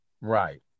Right